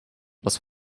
was